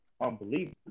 unbelievable